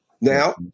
Now